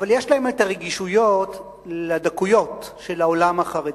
אבל יש להם הרגישויות לדקויות של העולם החרדי,